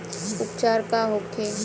उपचार का होखे?